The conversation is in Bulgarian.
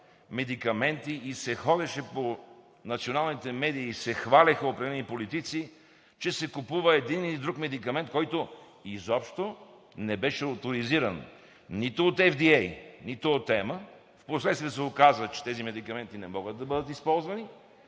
медикаменти, как се ходеше по националните медии и се хвалеха определени политици, че се купува един или друг медикамент, който изобщо не беше оторизиран – нито от FDA, нито от ЕМА, а в последствие се оказа, че тези медикаменти не могат да бъдат използвани